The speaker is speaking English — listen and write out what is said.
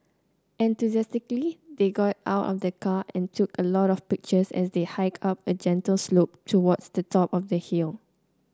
enthusiastically they got out of the car and took a lot of pictures as they hiked up a gentle slope towards the top of the hill